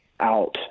out